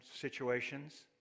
situations